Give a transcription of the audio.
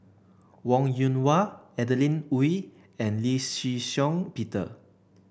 Wong Yoon Wah Adeline Ooi and Lee Shih Shiong Peter